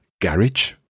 garage